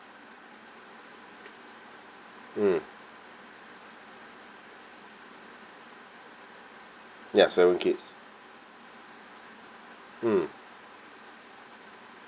mm ya seven kids mm